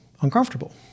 uncomfortable